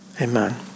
amen